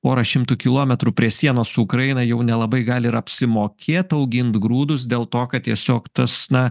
pora šimtų kilometrų prie sienos su ukraina jau nelabai gali ir apsimokėt augint grūdus dėl to kad tiesiog tas na